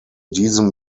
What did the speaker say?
diesem